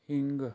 ਹਿੰਗ